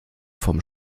vom